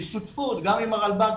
בשותפות גם עם הרלב"ד,